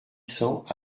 cents